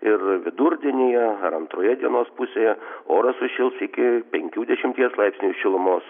ir vidurdienyje ar antroje dienos pusėje oras sušils iki penkių dešimties laipsnių šilumos